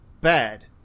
Bad